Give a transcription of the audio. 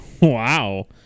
wow